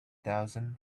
thousand